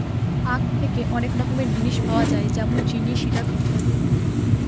আঁখ থেকে অনেক রকমের জিনিস পাওয়া যায় যেমন চিনি, সিরাপ, ইত্যাদি